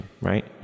right